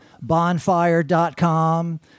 bonfire.com